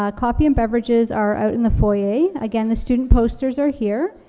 ah coffee and beverages are out in the foyer. again, the student posters are here.